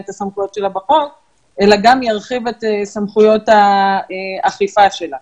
את הסמכויות שלה בחוק אלא גם ירחיב את סמכויות האכיפה שלה.